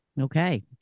Okay